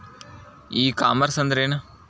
E commerce ಅಂದ್ರೇನು?